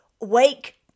wake